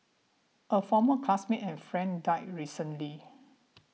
a former classmate and friend died recently